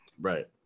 Right